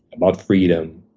about freedom.